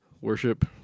worship